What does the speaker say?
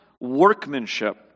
workmanship